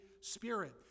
Spirit